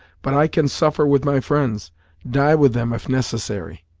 but i can suffer with my friends die with them if necessary.